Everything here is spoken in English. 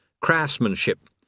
Craftsmanship